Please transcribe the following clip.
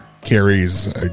carries